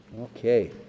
Okay